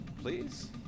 please